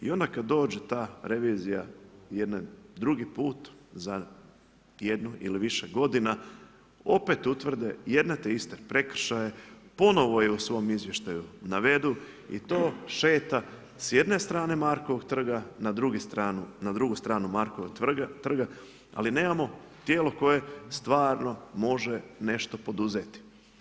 I onda kada dođe ta revizija jedan drugi put za jednu ili više godina opet utvrde jedno te iste prekršaje, ponovo je u svom izvještaju navedu i to šeta s jedne strane Markovog trga, na drugu stranu Markovog trga ali nemamo tijelo koje stvarno može nešto poduzeti.